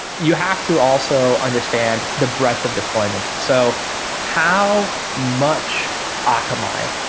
you have to also understand the breadth of deployment. so how much akamai,